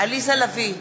עליזה לביא,